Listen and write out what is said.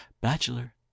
Bachelor